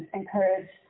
encourage